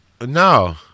No